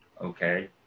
Okay